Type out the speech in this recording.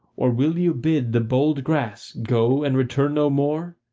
or will you bid the bold grass go, and return no more?